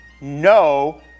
no